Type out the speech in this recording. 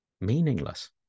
Meaningless